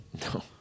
No